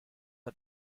are